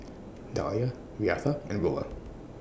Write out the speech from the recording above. Dahlia Reatha and Willa